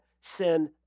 sin